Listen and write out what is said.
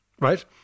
right